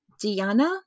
Diana